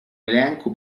elenco